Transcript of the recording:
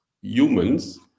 humans